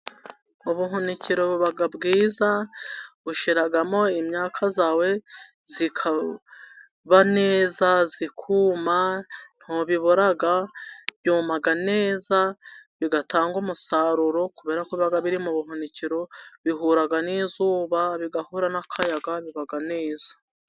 Ubuhunikiro buba bwiza, ushyiramo imyaka yawe, ikaba neza, ikuma, ntibore, yuma neza, bigatanga umusaruro, kubera ko biba biri mu buhunikiro, bihura n'izuba, bigahura n'akayaga, biba neza.